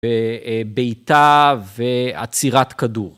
בעיטה ועצירת כדור.